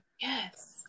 yes